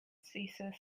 cesar